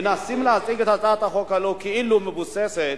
מנסים להציג את הצעת החוק כאילו היא מבוססת,